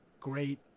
Great